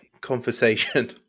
conversation